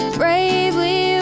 bravely